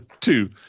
Two